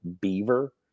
beaver